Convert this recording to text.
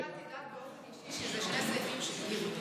אתה תדאג באופן אישי שאלה שני סעיפים שיבוטלו?